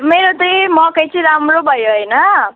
मेरो चाहिँ मकै चाहिँ राम्रो भयो होइन